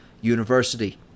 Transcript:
University